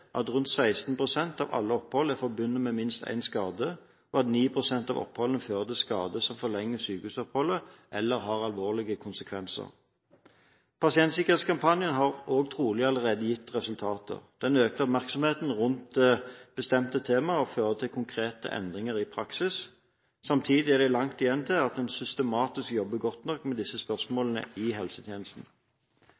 at rundt 16 pst. av alle opphold er forbundet med minst én skade, og at 9 pst. av oppholdene fører til skade som forlenger sykehusoppholdet eller har alvorlige konsekvenser. Pasientsikkerhetskampanjen har trolig allerede gitt resultater. Den øker oppmerksomheten rundt bestemte temaer og fører til konkrete endringer i praksis. Samtidig er det langt igjen til at en systematisk jobber godt nok med disse